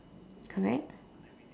correct